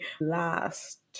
last